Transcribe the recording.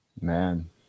Man